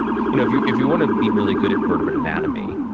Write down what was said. you know, if you if you want to be really good at vertebrate anatomy,